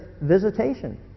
visitation